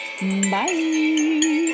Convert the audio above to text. Bye